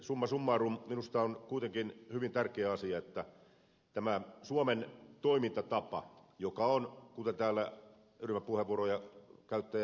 summa summarum minusta on kuitenkin hyvin tärkeä asia tämä suomen toimintatapa joka on kuten täällä ryhmäpuheenvuoron käyttäjä ed